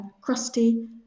crusty